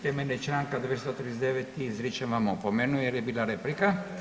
Temeljem Članka 239. izričem vam opomenu jer je bila replika.